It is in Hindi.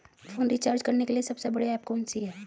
फोन रिचार्ज करने के लिए सबसे बढ़िया ऐप कौन सी है?